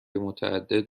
متعدد